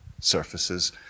surfaces